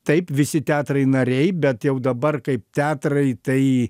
taip visi teatrai nariai bet jau dabar kaip teatrai tai